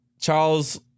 Charles